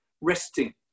resting